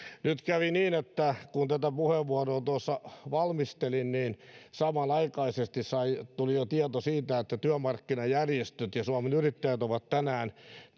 nyt kävi niin että kun tätä puheenvuoroa tuossa valmistelin niin samanaikaisesti tuli jo tieto siitä että työmarkkinajärjestöt ja suomen yrittäjät ovat tänään